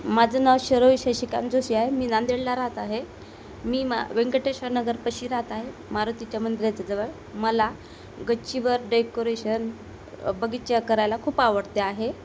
माझं नाव शरयू शशिकांत जोशी आहे मी नांदेडला राहत आहे मी मा व्यंकटेश्वर नगरपाशी राहत आहे मारुतीच्या मंदिराच्या जवळ मला गच्चीवर डेकोरेशन बगीचा करायला खूप आवडते आहे